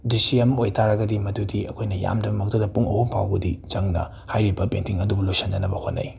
ꯗ꯭ꯔꯤꯁꯥ ꯑꯃ ꯑꯣꯔꯝꯇꯥꯔꯒꯗꯤ ꯃꯗꯨꯗꯤ ꯑꯩꯈꯣꯏꯅ ꯌꯥꯝꯗ꯭ꯔꯕ ꯃꯛꯇꯗ ꯄꯨꯡ ꯑꯍꯨꯝ ꯐꯥꯎꯕꯗꯤ ꯆꯪꯅ ꯍꯥꯏꯔꯤꯕ ꯄꯦꯟꯇꯤꯡ ꯑꯗꯨꯕꯨ ꯂꯣꯏꯁꯟꯅꯅꯕ ꯍꯣꯠꯅꯩ